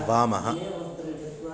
वामः